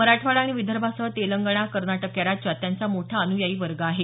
मराठवाडा आणि विदर्भासह तेलंगणा कर्नाटक या राज्यात त्यांचा मोठा अनुयायी वर्ग आहे